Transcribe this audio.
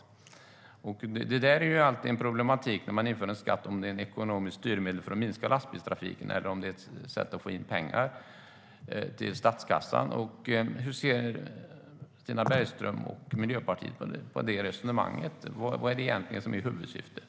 När man inför en sådan skatt finns det alltid en problematik med om det är ett ekonomiskt styrmedel för att minska lastbilstrafiken eller om det är ett sätt att få in pengar till statskassan. Hur ser Stina Bergström och Miljöpartiet på det resonemanget? Vad är egentligen huvudsyftet?